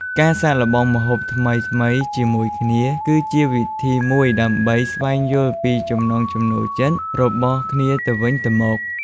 ការសាកល្បងម្ហូបថ្មីៗជាមួយគ្នា គឺជាវិធីមួយដើម្បីស្វែងយល់ពីចំណង់ចំណូលចិត្តរបស់គ្នាទៅវិញទៅមក។